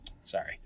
Sorry